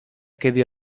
quedi